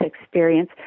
experience